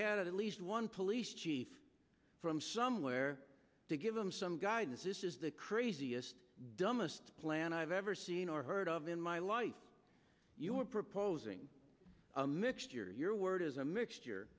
had at least one police chief from somewhere to give them some guidance this is the craziest dumbest plan i've ever seen or heard of in my life you are proposing a mixture your word is a mixture